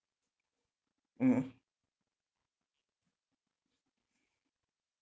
mmhmm